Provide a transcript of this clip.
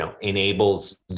enables